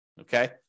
Okay